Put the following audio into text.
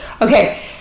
Okay